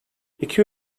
i̇ki